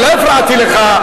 לא הפרעתי לך.